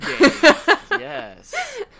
Yes